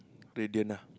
doctor Indian ah